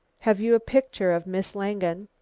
have you a picture of miss langen?